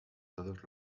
todos